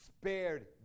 spared